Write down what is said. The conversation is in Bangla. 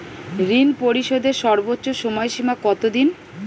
ঋণ পরিশোধের সর্বোচ্চ সময় সীমা কত দিন?